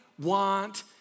want